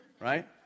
Right